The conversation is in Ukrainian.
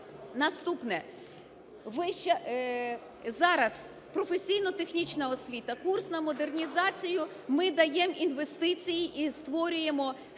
Наступне. Зараз професійно-технічна освіта, курс на модернізацію, ми даємо інвестиції і створюємо стандарти.